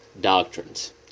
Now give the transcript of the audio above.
doctrines